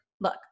look